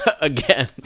again